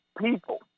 people